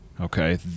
Okay